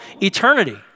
eternity